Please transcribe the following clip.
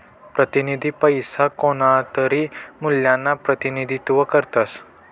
प्रतिनिधी पैसा कोणतातरी मूल्यना प्रतिनिधित्व करतस